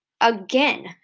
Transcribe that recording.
again